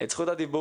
את זכות הדיבור,